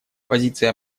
позиция